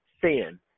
sin